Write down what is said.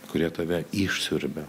kurie tave išsiurbia